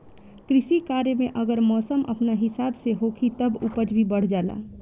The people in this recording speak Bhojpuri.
कृषि कार्य में अगर मौसम अपना हिसाब से होखी तब उपज भी बढ़ जाला